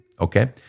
okay